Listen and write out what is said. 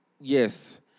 Yes